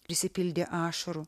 prisipildė ašarų